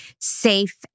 safe